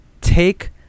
take